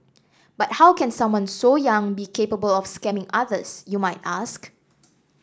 but how can someone so young be capable of scamming others you might ask